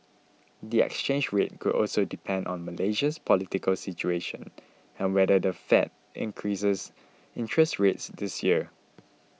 the exchange rate could also depend on Malaysia's political situation and whether the Fed increases interest rates this year